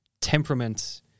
temperament